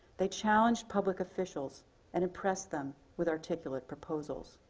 they challenged public officials and impressed them with articulate proposals.